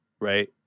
right